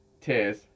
tears